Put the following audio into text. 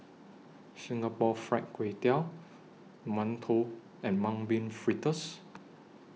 Singapore Fried Kway Tiao mantou and Mung Bean Fritters